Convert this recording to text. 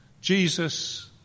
Jesus